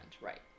Right